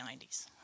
90s